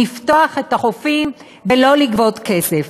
לפתוח את החופים ולא לגבות כסף.